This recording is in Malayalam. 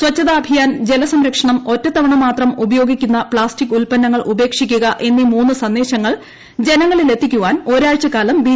സ്വച്ഛതാ അഭിയാൻ ജലസംരക്ഷണം ഒറ്റത്തവണ മാത്രം ഉപയോഗിക്കുന്ന പ്പാസ്റ്റിക് ഉല്പന്നങ്ങൾ ഉപേക്ഷിക്കുക എന്നീ മൂന്നു സന്ദേശങ്ങൾ ജനങ്ങളിലെത്തിക്കുവാൻ ഒരാഴ്ചക്കാലം ബി